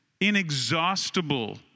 inexhaustible